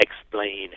explain